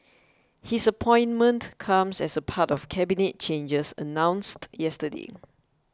his appointment comes as part of Cabinet changes announced yesterday